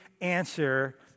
answer